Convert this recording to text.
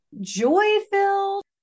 joy-filled